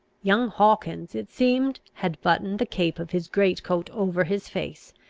young hawkins, it seemed, had buttoned the cape of his great coat over his face,